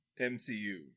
MCU